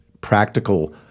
practical